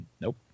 nope